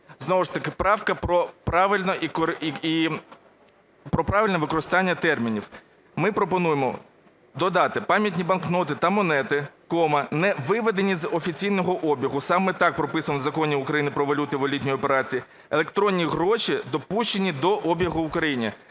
Знову ж таки правка про правильне використання термінів. Ми пропонуємо додати: "пам'ятні банкноти та монети (кома), не виведені з офіційного обігу". Саме так прописано в Законі України "Про валюту і валютні операції". Електронні гроші допущені до обігу в Україні.